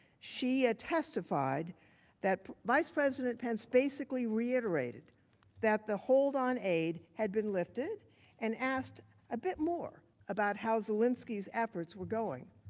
she had testified that vice president pence basically reiterated that the hold on aid had been lifted and asked a bit more about how zelensky's efforts were going.